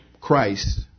Christ